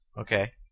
Okay